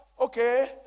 okay